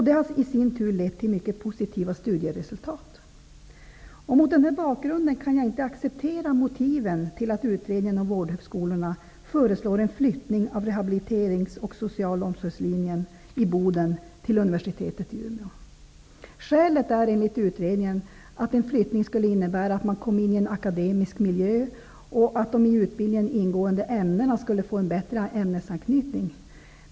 Det har i sin tur lett till mycket positiva studieresultat. Mot denna bakgrund kan jag inte acceptera motiven till att utredningen om vårdhögskolorna föreslår en flyttning av rehabiliteringslinjen och sociala omsorgslinjen i Boden till universitetet i Umeå. Skälet är enligt utrednigen att en flyttning skulle innebära att man kom in i en akademisk miljö och att de i utbildningen ingående ämnena skulle få en bättre ämnesanknytning.